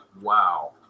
Wow